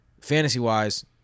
fantasy-wise